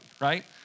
right